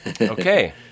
Okay